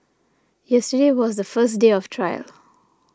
yesterday was the first day of trial